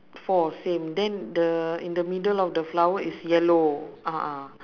four same then the in the middle of the flower is yellow a'ah